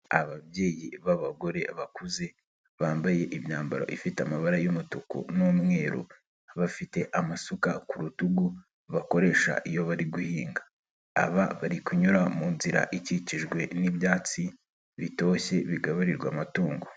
Ababyeyi b'abagore bakuze, bambaye imyambaro ifite amabara y'umutuku n'umweru. Bafite amasuka ku rutugu, bakoresha iyo bari guhinga. Aba bari kunyura mu nzira ikikijwe n'ibyatsi, bitoshye bigaburirwa amatungo.